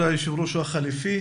כבוד היו"ר החליפי.